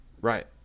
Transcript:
Right